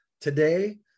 today